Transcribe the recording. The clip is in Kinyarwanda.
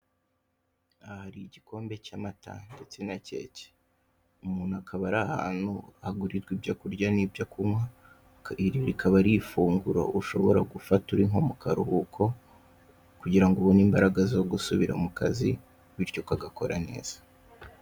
Aha hari igikombe cy'amata ndetse na keke, umuntu akaba ari ahantu hagurirwa ibyo kurya n'ibyo kunywa, iri rikaba ari ifunguro ushobora gufata uri nko mu karuhuko kugira ubone imbaraga zo gusubira mu kazi bityo ukagakora neza.